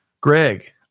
Greg